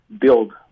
build